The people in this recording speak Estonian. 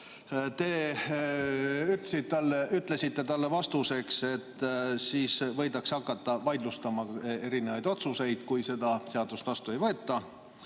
Te ütlesite talle vastuseks, et võidakse hakata vaidlustama erinevaid otsuseid, kui seda seadust vastu ei võeta.